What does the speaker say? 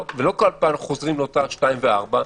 לא כל פעם אנחנו חוזרים לאותם 2 ו-4.